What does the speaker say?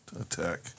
Attack